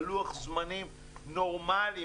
על לוח זמנים נורמלי,